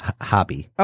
hobby